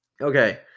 Okay